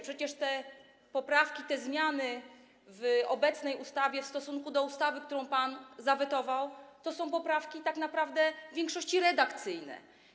Przecież te poprawki, te zmiany w obecnej ustawie w stosunku do ustawy, którą pan zawetował, to są poprawki tak naprawdę w większości redakcyjne.